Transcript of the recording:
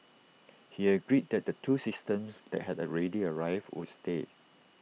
he agreed that the two systems that had already arrived would stay